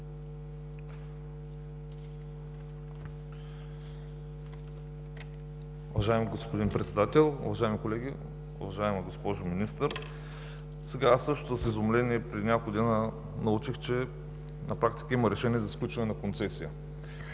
Уважаеми господин Председател, уважаеми колеги, уважаема госпожо Министър! С изумление преди няколко дни научих, че на практика има решение за сключване на концесия.